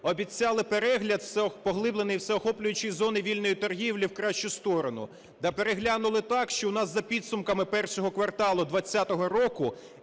Обіцяли перегляд, поглиблений, всеохоплюючий, зони вільної торгівлі в кращу сторону. Та переглянули так, що у нас за підсумками І кварталу 20-го року